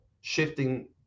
shifting